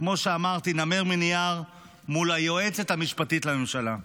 כמו שאמרתי, נמר מנייר מול היועצת המשפטית לממשלה.